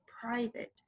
private